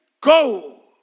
Go